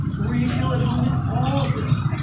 where you feel at home in all of them.